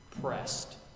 pressed